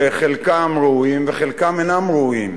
שחלקם ראויים וחלקם אינם ראויים,